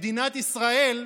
מדינת ישראל,